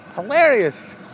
Hilarious